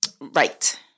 Right